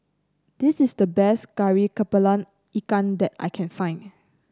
this is the best Kari kepala Ikan that I can find